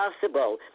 possible